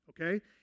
okay